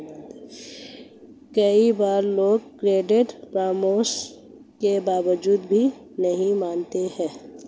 कई बार लोग क्रेडिट परामर्श के बावजूद भी नहीं मानते हैं